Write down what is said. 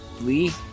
Lee